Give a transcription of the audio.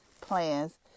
plans